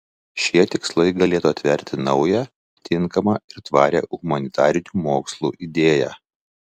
šie tikslai galėtų atverti naują tinkamą ir tvarią humanitarinių mokslų idėją